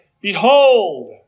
Behold